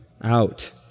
out